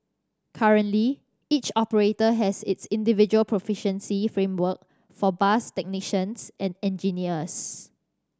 currently each operator has its individual proficiency framework for bus technicians and engineers